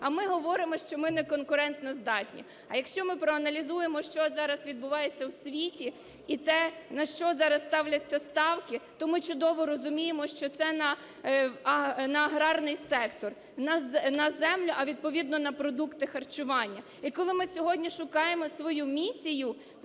А ми говоримо, що ми не конкурентоздатні. А якщо ми проаналізуємо, що зараз відбувається у світі, і те, на що зараз ставляться ставки, то ми чудово розуміємо, що це на аграрний сектор, на землю, а відповідно на продукти харчування. І коли ми сьогодні шукаємо свою місію,